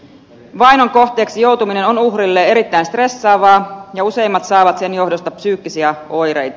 vainon kohteeksi joutuminen on uhrille erittäin stressaavaa ja useimmat saavat sen johdosta psyykkisiä oireita